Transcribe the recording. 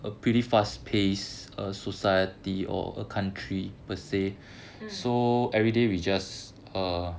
mm